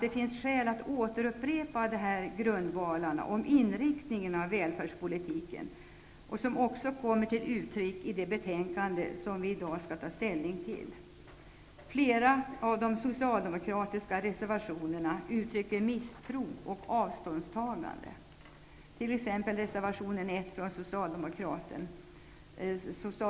Det finns skäl att återupprepa grundvalarna beträffande inriktningen av välfärdspolitiken, som också kommer till uttryck i det betänkande som vi i dag skall ta ställning till. Flera av de socialdemokratiska reservationerna uttrycker misstro och avståndstagande. Det gäller t.ex. reservation 1 från Socialdemokraterna.